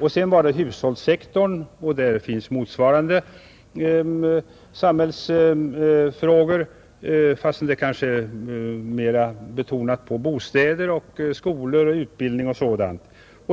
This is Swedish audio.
Det gällde vidare hushållssektorn, där man möter motsvarande samhällsfrågor, fastän det kanske är större betoning på bostäder, skolor, utbildning och sådant.